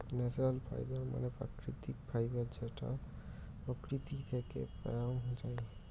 natural fibre মানে প্রাকৃতিক fibre যেইটো প্রকৃতি থেকে পাওয়াঙ যাই